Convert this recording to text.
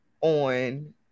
on